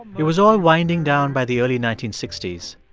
it was all winding down by the early nineteen sixty s.